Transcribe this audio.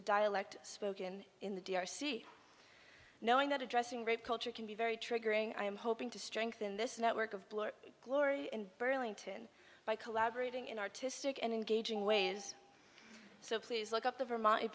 a dialect spoken in the d r c knowing that addressing rape culture can be very triggering i am hoping to strengthen this network of blur glory in burlington by collaborating in artistic and engaging ways so please look up the vermont